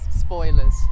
Spoilers